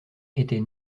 était